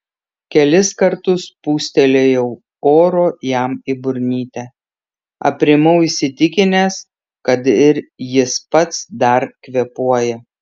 kelis kartus pūstelėjau oro jam į burnytę aprimau įsitikinęs kad ir jis pats dar kvėpuoja